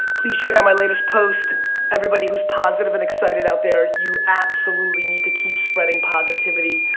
please check out my latest post everybody who's positive and excited out there you absolutely need to keep spreading positivity.